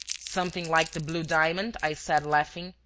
something like the blue diamond i said, laughing,